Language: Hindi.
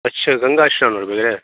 अच्छा गंगा स्नान